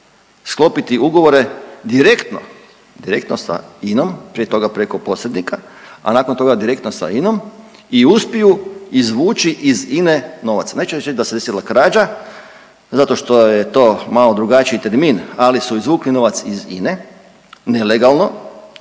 sklopiti ugovore direktno, direktno sa INA-om, prije toga preko posrednika, a nakon toga direktno sa INA-om i uspiju izvući iz INA-e novac, najčešće da se desila krađa zato što je to malo drugačiji termin, ali su izvukli novac iz INA-e nelegalno,